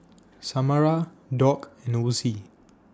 Samara Doug and Osie